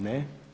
Ne.